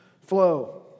flow